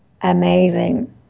amazing